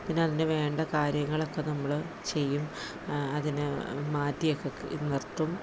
പിന്നെ അതിനു വേണ്ട കാര്യങ്ങളൊക്കെ നമ്മള് ചെയ്യും അതിനെ മാറ്റിയൊക്കെ നിർത്തും